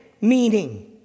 meaning